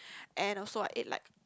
and also I ate like